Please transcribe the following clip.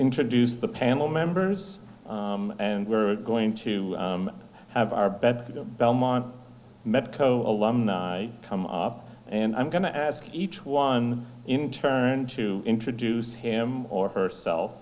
introduce the panel members and we're going to have our belmont medco alumni come up and i'm going to ask each one in turn to introduce him or her self